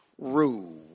rule